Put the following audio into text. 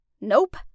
Nope